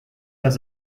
has